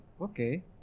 okay